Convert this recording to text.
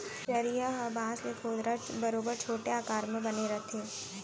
चरिहा ह बांस ले खोदरा बरोबर छोटे आकार म बने रथे